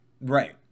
Right